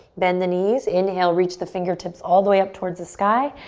bend the knees, inhale, reach the fingertips all the way up towards the sky.